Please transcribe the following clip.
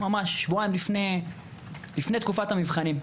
שבועיים לפני תקופת המבחנים.